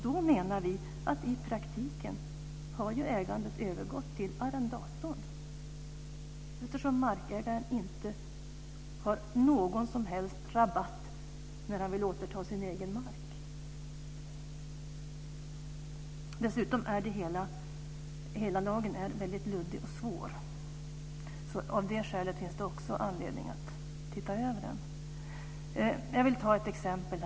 Då menar vi att ägandet i praktiken har övergått till arrendatorn, eftersom markägaren inte har någon som helst rabatt när han vill återta sin egen mark. Dessutom är hela lagen mycket luddig och svår. Av det skälet finns det också anledning att titta över den. Jag vill ta ett exempel.